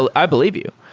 ah i believe you.